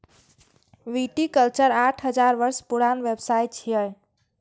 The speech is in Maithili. विटीकल्चर आठ हजार वर्ष पुरान व्यवसाय छियै